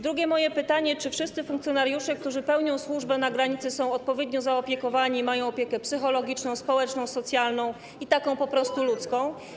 Drugie moje pytanie: Czy wszyscy funkcjonariusze, którzy pełnią służbę na granicy, są odpowiednio zaopiekowani i mają opiekę psychologiczną, społeczną, socjalną i taką po prostu ludzką?